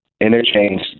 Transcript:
interchange